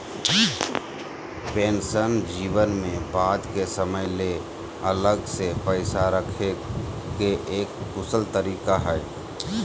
pension जीवन में बाद के समय ले अलग से पैसा रखे के एक कुशल तरीका हय